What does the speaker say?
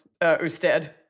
Usted